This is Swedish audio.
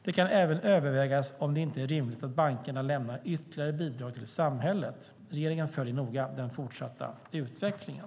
Det kan även övervägas om det inte är rimligt att bankerna lämnar ytterligare bidrag till samhället. Regeringen följer noga den fortsatta utvecklingen.